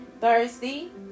Thursday